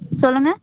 சொல்லுங்கள்